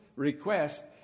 request